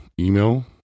email